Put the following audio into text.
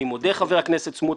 אני מודה, חבר הכנסת סמוטריץ,